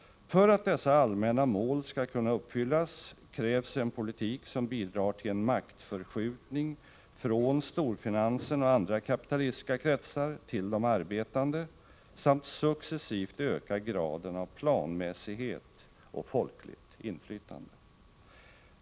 För att dessa allmänna mål skall kunna uppfyllas krävs en politik som bidrar till en maktförskjutning från storfinansen och andra kapitalistiska kretsar till de arbetande samt successivt ökar graden av planmässighet och folkligt inflytande.